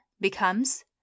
becomes